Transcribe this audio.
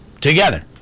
together